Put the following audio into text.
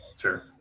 sure